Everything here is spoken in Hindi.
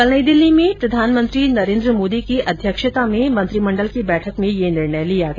कल नई दिल्ली में प्रधानमंत्री नरेंद्र मोदी की अध्यक्षता में मंत्रिमंडल की बैठक में यह निर्णय लिया गया